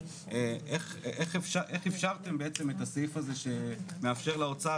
איך אפשרתם את הסעיף הזה שמאפשר לאוצר